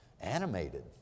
animated